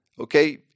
Okay